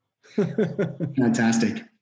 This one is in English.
Fantastic